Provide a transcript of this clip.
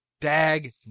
Dag